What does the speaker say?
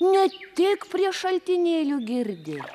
ne tik prie šaltinėlio girdė